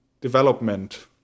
development